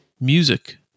music